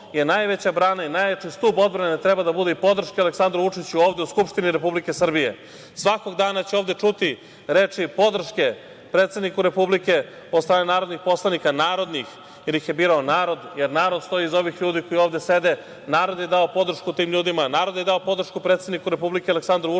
je najveća brana i najjači stub odbrane i podrška Aleksandru Vučiću ovde u Skupštini Republike Srbije. Svakog dana će ovde čuti reči podrške predsedniku Republike od strane narodnih poslanika, narodnih, jer ih je birao narod, jer narod stoji iza ovih ljudi koji ovde sede, narod je dao podršku tim ljudima, narod je dao podršku predsedniku Republike Aleksandru Vučiću. Ja